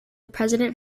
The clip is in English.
president